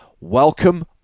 welcome